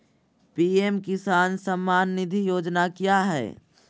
PM Kisan Samman Nidhi Yojana क्या है?